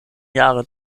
jahre